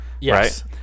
Yes